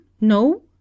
No